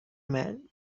man